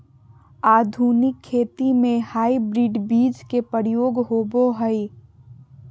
आधुनिक खेती में हाइब्रिड बीज के प्रयोग होबो हइ